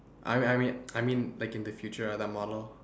I mean I mean I mean like in the future like that model